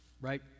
right